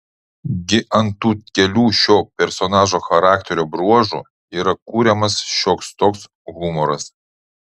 gi ant tų kelių šio personažo charakterio bruožų yra kuriamas šioks toks humoras